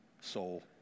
soul